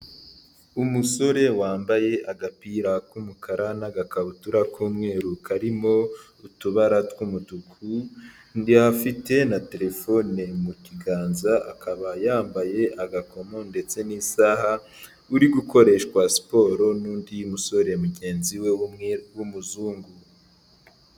Umusore wambaye agapira k'umukara n'agakabutura k'umweru karimo utubara tw'umutuku afite na telefone mu kiganza akaba yambaye agakomo ndetse n'isaha uri gukoreshwa siporo n'undi musore mugenzi we w'umuzungu.